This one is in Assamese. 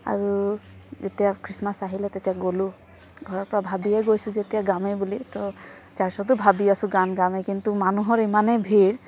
আৰু যেতিয়া খ্ৰীষ্টমাছ আহিলে তেতিয়া গলোঁ ঘৰৰ পৰা ভাবিয়ে গৈছোঁ যেতিয়া গামেই বুলি ত' চাৰ্চটো ভাবি আছোঁ গান গামেই কিন্তু মানুহৰ ইমানেই ভিৰ